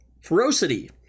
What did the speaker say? ferocity